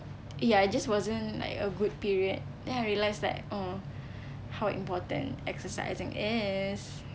ya just wasn't like a good period then I realise like oh how important exercising is